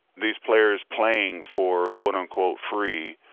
these players playing for, quote, unquote, free,